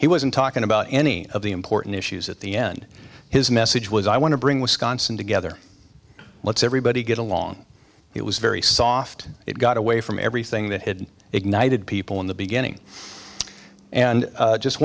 he wasn't talking about any of the important issues at the end his message was i want to bring wisconsin together let's everybody get along it was very soft it got away from everything that had ignited people in the beginning and just